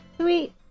sweet